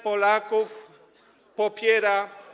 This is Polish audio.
Polaków popiera.